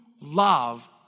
love